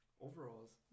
overalls